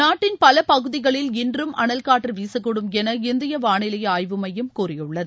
நாட்டின் பல பகுதிகளில் இன்றும் அனல் காற்று வீசக்கூடும் என இந்திய வானிலை ஆய்வு மையம் கூறியுள்ளது